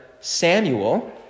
Samuel